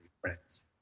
friends